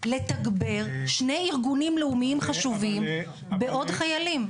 לתגבר שני ארגונים לאומיים חשובים בעוד חיילים.